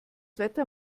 wetter